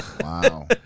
Wow